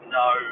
no